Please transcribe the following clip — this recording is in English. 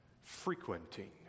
frequenting